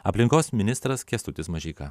aplinkos ministras kęstutis mažeika